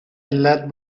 علت